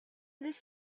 this